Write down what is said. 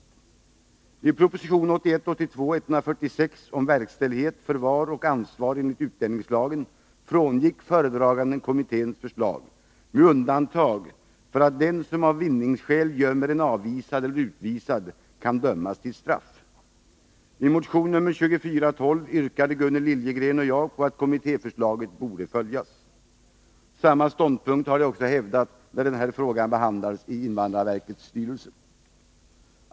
I proposition 1981 82:2412 yrkade Gunnel Liljegren och jag att kommittéförslaget skulle följas. Samma ståndpunkt har jag också hävdat när frågan behandlades i invandrarverkets styrelse.